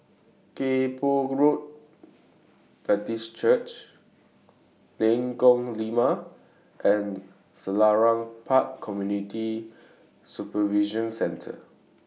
Kay Poh Road Baptist Church Lengkok Lima and Selarang Park Community Supervision Centre